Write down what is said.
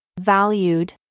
valued